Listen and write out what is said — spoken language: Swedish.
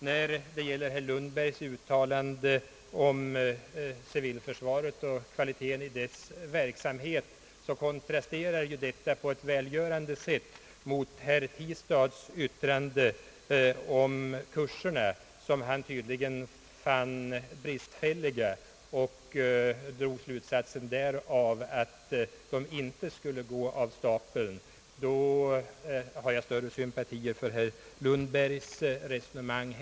Herr Lundbergs uttalanden om civilförsvaret och kvaliteten på dess verksamhet kontrasterar på ett välgörande sätt mot herr Tistads yttrande om kurserna, som han tydligen fann bristfälliga och därav drog slutsatsen att de inte skulle gå av stapeln. Då hyser jag större sympatier för herr Lundbergs resonemang.